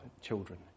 children